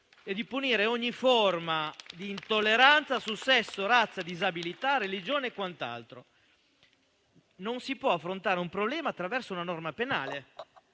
prima e ogni forma di intolleranza su sesso, razza, disabilità e religione. Non si può affrontare un problema attraverso una norma penale.